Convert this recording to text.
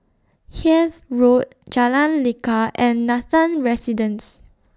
Hythe Road Jalan Lekar and Nathan Residences